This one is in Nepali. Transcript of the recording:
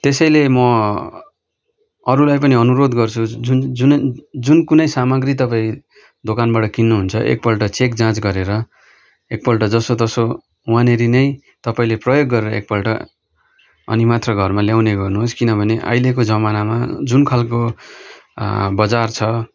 त्यसैले म अरूलाई पनि अनुरोध गर्छु जुन जुन जुन कुनै सामाग्री तपाईँ दोकानबाट किन्नु हुन्छ एकपल्ट चेक जाँच गरेर एकपल्ट जसोतसो वहाँनिर नै तपाईँले प्रयोग गरेर एकपल्ट अनि मात्र घरमा ल्याउने गर्नुहोस् किन भने अहिलेको जमानामा जुन खालको बजार छ